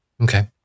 Okay